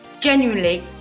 genuinely